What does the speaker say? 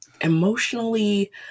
Emotionally